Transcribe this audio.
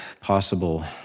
possible